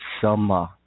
Summer